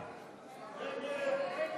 אנחנו מצביעים כעת